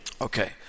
Okay